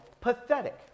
pathetic